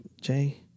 Jay